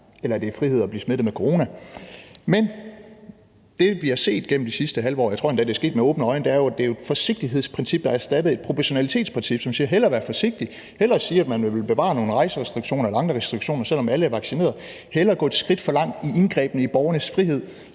at det er frihed at blive smittet med corona. Men det, vi har set igennem det sidste halve år, og jeg tror endda, det er sket med åbne øjne, er jo, at det er et forsigtighedsprincip, der har erstattet et proportionalitetsprincip, som siger: Hellere være forsigtig, hellere bevare nogle rejserestriktioner eller andre restriktioner, selv om alle er vaccineret, hellere gå et skridt for langt i indgrebene i borgernes frihed